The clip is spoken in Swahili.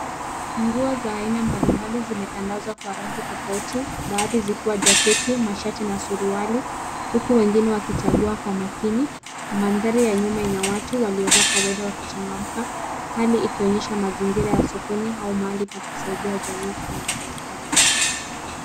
Nguo za aina mbalimbali zimetandazwa kwa rangi tofauti, baadhi zikiwa jaketi , mashati na suruali, huku wengine wakichagua kwa makini . Mandhari ya nyuma ina watu waliovaa kawaida wakichangamka, hali ikionyesha mazingira ya sokoni au mahali pa kusaidia jamii kwa mavazi.